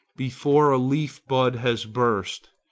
before a leaf-bud has burst,